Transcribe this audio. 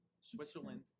Switzerland